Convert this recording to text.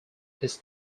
his